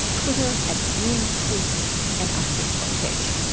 twitter at beingtweets and our facebook page.